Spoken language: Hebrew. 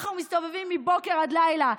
אנחנו מסתובבים מבוקר עד לילה.